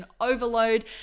overload